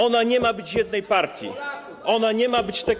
Ona nie ma być jednej partii, ona nie ma być TKM.